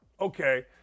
Okay